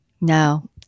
no